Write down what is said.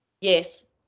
Yes